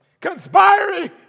Conspiring